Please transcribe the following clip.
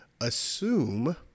assume